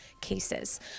cases